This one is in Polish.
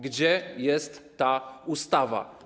Gdzie jest ta ustawa?